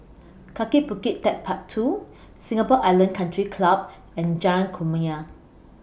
Kaki Bukit Techpark two Singapore Island Country Club and Jalan Kumia